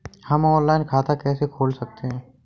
हम ऑनलाइन खाता कैसे खोल सकते हैं?